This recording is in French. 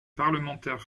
parlementaires